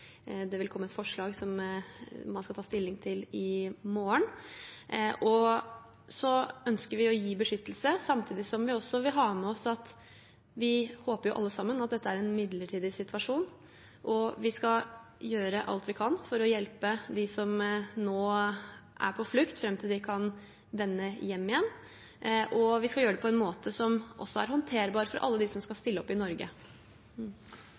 det vil komme et forslag som man skal ta stilling til i morgen. Vi ønsker å gi beskyttelse samtidig som vi vil ha med oss at vi alle sammen håper at dette er en midlertidig situasjon. Vi skal gjøre alt vi kan for å hjelpe dem som nå er på flukt, fram til de kan vende hjem igjen. Og vi skal gjøre det på en måte som også er håndterbar for alle dem som skal stille opp i Norge.